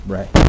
Right